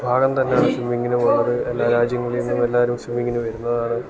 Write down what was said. വിഭാഗം തന്നാണ് സ്വിമ്മിങ്ങിനുമുള്ളത് എല്ലാ രാജ്യങ്ങളിലുള്ള എല്ലാവരും സ്വിമ്മിങിന് വരുന്നതാണ്